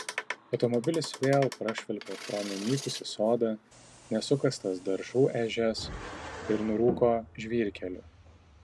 automobilis vėl prašvilpė pro nunykusį sodą nesukastas daržų ežias ir nurūko žvyrkeliu